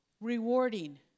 rewarding